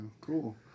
Cool